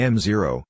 M-Zero